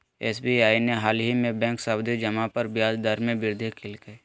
SBI ने हालही में बैंक सावधि जमा पर ब्याज दर में वृद्धि कइल्कय